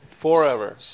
Forever